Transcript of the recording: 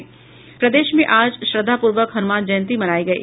प्रदेश में आज श्रद्धापूर्वक हनुमान जयंती मनायी गयी